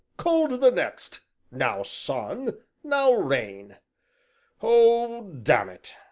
cold the next, now sun, now rain oh, damn it!